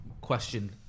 question